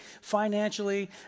financially